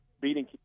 beating